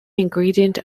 ingredient